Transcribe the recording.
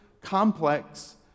complex